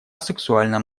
сексуальном